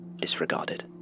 disregarded